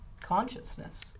consciousness